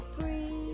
free